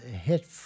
hit